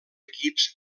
equips